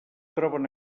troben